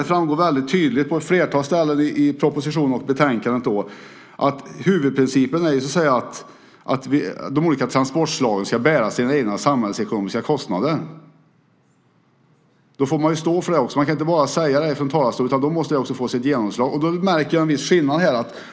Det framgår väldigt tydligt på ett flertal ställen i propositionen och betänkandet att huvudprincipen är att de olika transportslagen ska bära sina egna samhällsekonomiska kostnader. Då får man stå för det också. Man kan ju inte bara säga det här från talarstolen, utan då måste det också få ett genomslag. Jag märker en viss skillnad här.